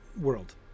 world